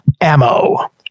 ammo